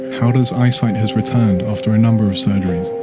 hawra's eyesight has returned after a number of surgeries.